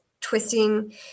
twisting